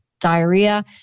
diarrhea